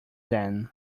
them